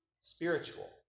spiritual